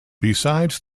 besides